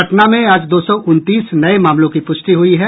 पटना में आज दो सौ उनतीस नये मामलों की पुष्टि हुई है